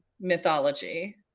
mythology